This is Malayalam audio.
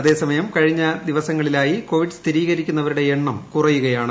അതേസമയം കഴിഞ്ഞ ദിവസങ്ങളിലായി കോവിഡ് സ്ഥിരീകരിക്കുന്നവരുടെ എണ്ണം കുറയുകയാണ്